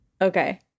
Okay